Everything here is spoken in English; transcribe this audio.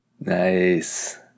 Nice